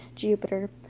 Jupiter